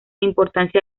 importancia